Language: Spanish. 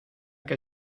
que